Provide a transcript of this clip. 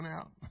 out